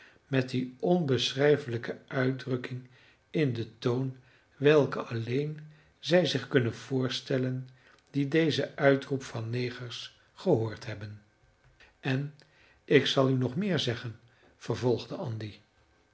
met die onbeschrijfelijke uitdrukking in den toon welke alleen zij zich kunnen voorstellen die dezen uitroep van negers gehoord hebben en ik zal u nog meer zeggen vervolgde andy